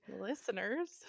Listeners